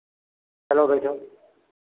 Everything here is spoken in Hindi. चलो बैठो